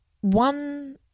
one